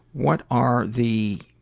what are the